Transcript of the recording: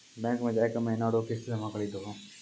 bank मे जाय के महीना रो किस्त जमा करी दहो